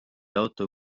auto